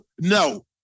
No